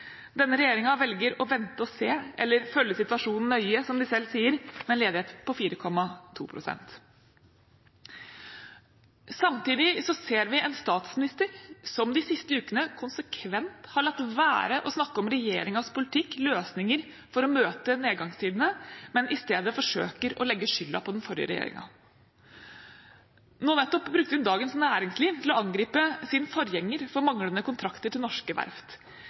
Denne regjeringen velger å vente og se eller å følge situasjon nøye, som de selv sier – med en ledighet på 4,2 pst. Samtidig ser vi en statsminister som de siste ukene konsekvent har latt være å snakke om regjeringens politikk, om løsninger for å møte nedgangstidene, men i stedet forsøker å legge skylden på den forrige regjeringen. Nå nettopp brukte hun Dagens Næringsliv til å angripe sin forgjenger for manglende kontrakter til norske verft.